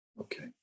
Okay